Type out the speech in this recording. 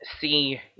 see